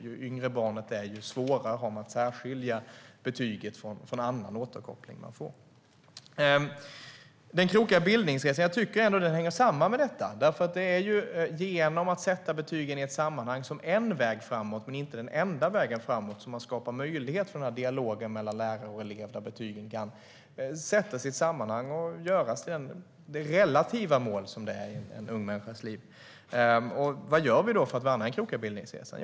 Ju yngre barnet är, desto svårare är det att särskilja betyget från annan återkoppling. Jag tycker att den krokiga bildningsresan hänger samman med detta. Det är genom att sätta betygen i ett sammanhang - som är en väg, men inte den enda vägen framåt - som man skapar möjlighet till dialog mellan lärare och elever där betygen kan sättas i ett sammanhang och göras till de relativa mål som de är i en ung människas liv. Vad gör vi då för att värna den krokiga bildningsresan?